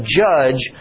judge